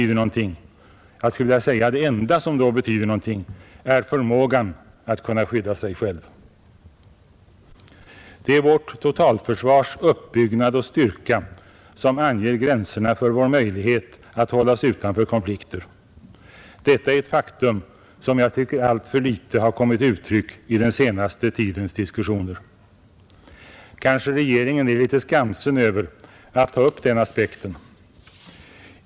Det enda som då betyder någonting är förmågan att kunna skydda sig själv. Det är vårt totalförsvars uppbyggnad och styrka som anger gränserna för vår möjlighet att hålla oss utanför konflikter. Detta är ett faktum som jag tycker alltför litet har kommit till uttryck i den senaste tidens diskussioner. Kanske regeringen är litet skamsen över att ta upp den aspekten.